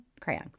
Crayon